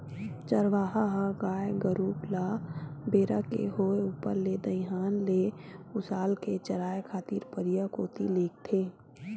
चरवाहा ह गाय गरु ल बेरा के होय ऊपर ले दईहान ले उसाल के चराए खातिर परिया कोती लेगथे